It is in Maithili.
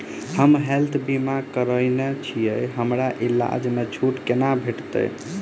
हम हेल्थ बीमा करौने छीयै हमरा इलाज मे छुट कोना भेटतैक?